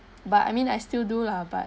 but I mean I still do lah but